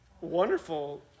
wonderful